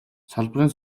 салбарын